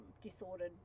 disordered